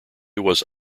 was